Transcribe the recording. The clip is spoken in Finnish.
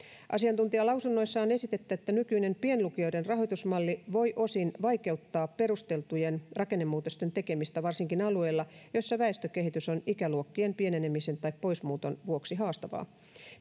asiantuntijalausunnoissa on esitetty että nykyinen pienlukioiden rahoitusmalli voi osin vaikeuttaa perusteltujen rakennemuutosten tekemistä varsinkin alueilla joilla väestökehitys on ikäluokkien pienenemisen tai poismuuton vuoksi haastavaa